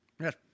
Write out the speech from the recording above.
Yes